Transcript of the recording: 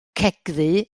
cegddu